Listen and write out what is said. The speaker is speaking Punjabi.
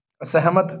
ਅਸਹਿਮਤ